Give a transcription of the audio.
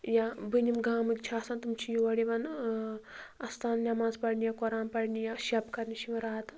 یا بٔنِم گامٕکۍ چھِ آسان تِم چھِ یور یِوان اَستان نٮ۪ماز پَرنہِ قۄران پَرنہِ یا شَب کَرنہِ چھِ یِوان راتَس